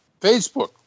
Facebook